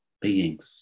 beings